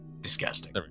disgusting